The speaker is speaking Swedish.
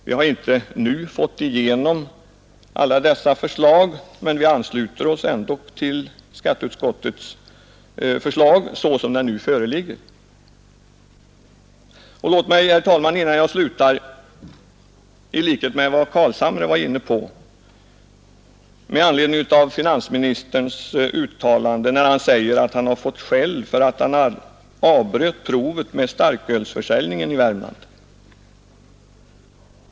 Vi har ännu inte fått igenom alla dessa förslag, men vi ansluter oss ändå till skatteutskottets förslag så som detta nu föreligger. Finansministern uttalade att han fått skäll för att han avbröt provet med starkölsförsäljningen i Värmland.